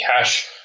cash